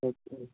اچھا